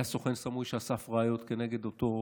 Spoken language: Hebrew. היה סוכן סמוי שאסף ראיות כנגד אותו חשוד.